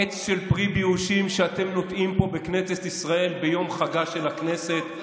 עץ של פרי ביאושים אתם נוטעים פה בכנסת ישראל ביום חגה של הכנסת?